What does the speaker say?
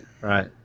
Right